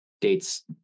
dates